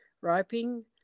roping